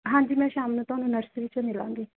ਹਾਂਜੀ ਮੈਂ ਸ਼ਾਮ ਨੂੰ ਤੁਹਾਨੂੰ ਨਰਸਰੀ 'ਚ ਮਿਲਾਂਗੀ